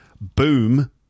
Boom